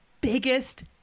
biggest